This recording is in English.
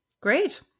Great